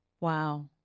Wow